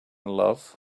love